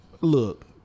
Look